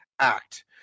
Act